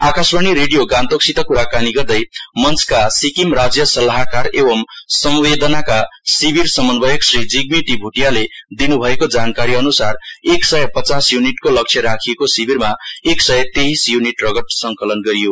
Akashvani radio गान्तोकसित कुरा गर्दै मञ्चका सिक्किम राज्य सल्लाहकार एवं सम्वेदनाका शिविर समन्वयक श्री जिग्मी जी भोटियाले दिनुभएको जानकारीअनुसार एक सय पच्चास युनिटको लक्ष्य राखिएको शिविरमा एक सय तेहीस य्निट रगत सङ्कलन भयो